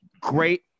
great